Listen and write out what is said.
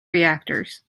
reactors